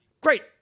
great